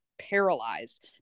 paralyzed